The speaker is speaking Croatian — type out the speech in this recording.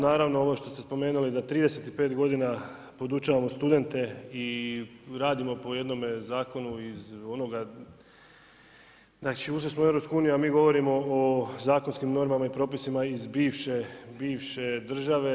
Naravno ovo što ste spomenuli da 35 godina podučavamo studente i radimo po jednome zakonu iz onoga, znači ušli smo u EU a mi govorimo o zakonskim normama i propisima iz bivše države.